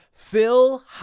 Phil